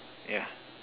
yeah